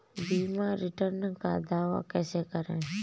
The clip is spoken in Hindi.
बीमा रिटर्न का दावा कैसे करें?